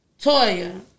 Toya